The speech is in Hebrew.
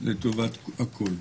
לטובת הכול.